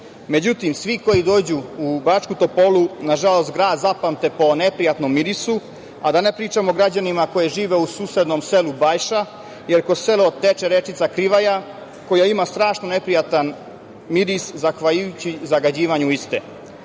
dešavaju.Međutim, svi koji dođu u Bačku Topolu nažalost grad zapamte po neprijatnom mirisu, a da ne pričamo o građanima koji žive u susednom selu Bajša, jer kroz selo teče rečica Krivaja koja ima strašno neprijatan miris zahvaljujući zagađivanju